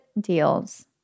deals